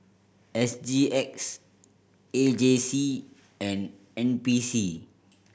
S G X A J C and N P C